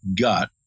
gut